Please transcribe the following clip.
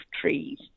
trees